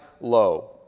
low